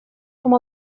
com